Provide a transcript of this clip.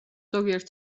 ზოგიერთი